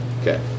okay